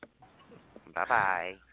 Bye-bye